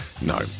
No